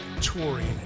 touring